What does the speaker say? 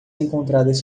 encontradas